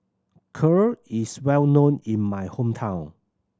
Kheer is well known in my hometown